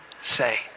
say